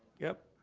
yep